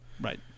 Right